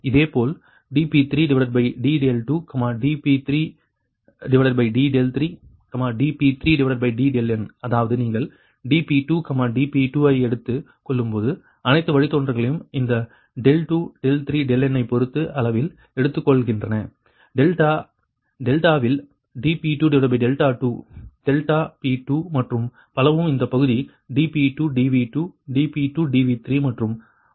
இதேபோல் dP3d2 d3d3 dP3dn அதாவது நீங்கள் dP2 dP2 ஐ எடுத்துக் கொள்ளும்போது அனைத்து வழித்தோன்றல்களும் இந்த 2 3 n ஐப் பொறுத்த அளவில் எடுத்துக் கொள்கின்றன டெல்டா டெல்டாவில் dP2d2 டெல்டா p 2 மற்றும் பலவும் இந்த பகுதி dP2 dV2 dP2dV3 மற்றும் பலவாக இருக்கும்